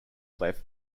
left